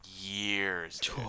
years